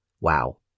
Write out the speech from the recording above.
Wow